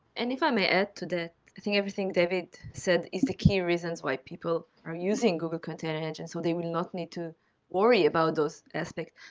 and if i may add to that. i think everything david said is the key reasons why people are using google container engine so they will not need to worry about those aspects.